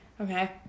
Okay